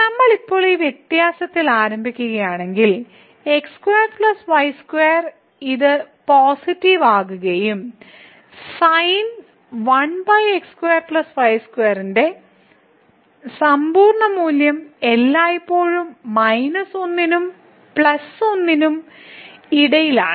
നമ്മൾ ഇപ്പോൾ ഈ വ്യത്യാസത്തിൽ ആരംഭിക്കുകയാണെങ്കിൽ ഇത് പോസിറ്റീവ് ആകുകയും ന്റെ സമ്പൂർണ്ണ മൂല്യം എല്ലായ്പ്പോഴും 1 നും 1 നും ഇടയിലാണ്